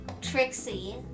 Trixie